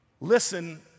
listen